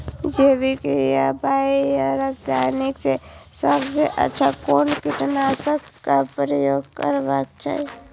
जैविक या बायो या रासायनिक में सबसँ अच्छा कोन कीटनाशक क प्रयोग करबाक चाही?